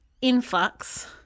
influx